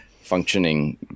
functioning